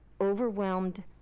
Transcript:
overwhelmed